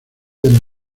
del